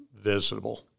visible